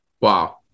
Wow